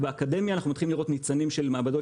ובאקדמיה אנחנו מתחילים לראות ניצנים של מעבדות